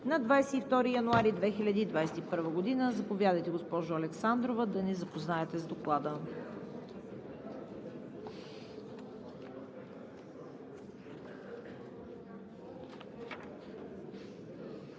на 22 януари 2021 г. Заповядайте, госпожо Александрова, да ни запознаете с Доклада.